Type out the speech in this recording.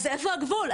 אז איפה הגבול?